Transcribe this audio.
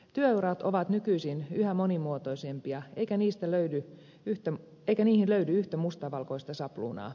työurat ovat nykyisin yhä monimuotoisempia eikä niihin löydy yhtä mustavalkoista sabluunaa